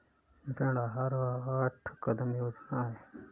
ऋण आहार आठ कदम योजना है